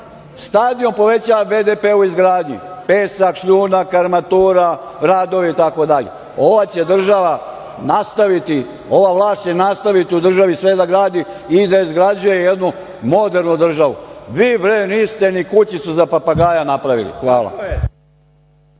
stadion povećava BDP u izgradnji, pesak, šljunak, armatura, radovi itd. Ova će država nastaviti, ova vlast će nastaviti u državi sve da gradi i da izgrađuje jednu modernu državu. Vi, bre, niste ni kućicu za papagaja napravili. Hvala.